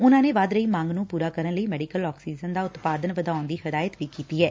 ਉਨੂਾ ਨੇ ਵੱਧ ਰਹੀ ਮੰਗ ਨੂੰ ਪੁਰਾ ਕਰਨ ਲਈ ਮੈਡੀਕਲ ਆਕਸੀਜਨ ਦਾ ਉਤਪਾਦਨ ਵਧਾਉਣ ਦੀ ਹਿਦਾਇਤ ਵੀ ਕੀਤੀ ਐ